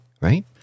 right